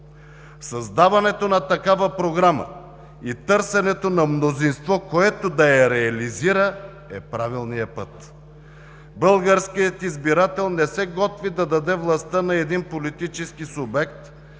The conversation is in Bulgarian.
Създаването на такава програма и търсенето на мнозинство, което да я реализира, е правилният път. Българският избирател не се готви да даде властта на един политически субект,